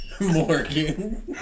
Morgan